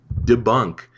debunk